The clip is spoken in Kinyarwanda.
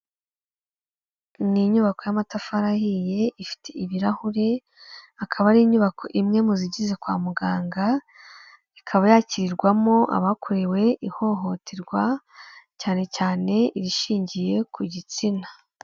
Ni inyubako y'amatafari ahiye, ifite ibirahure, akaba ari inyubako imwe mu zigize kwa muganga, ikaba yakirirwamo abakorewe ihohoterwa, cyane cyane irishingiye ku gitsina.